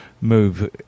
move